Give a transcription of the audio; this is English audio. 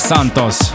Santos